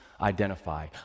Identify